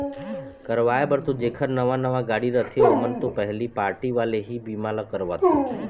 करवाय बर तो जेखर नवा नवा गाड़ी रथे ओमन तो पहिली पारटी वाले ही बीमा ल करवाथे